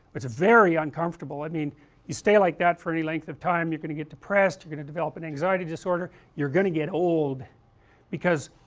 it's very uncomfortable, i mean you stay like that for any length of time you are going to get depressed you are going to develop an anxiety disorder, you are going to get old because,